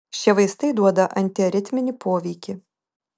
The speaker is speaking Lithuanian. šie vaistai duoda antiaritminį poveikį